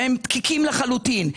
שהם דקיקים לחלוטין,